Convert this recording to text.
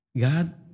God